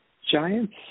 Giants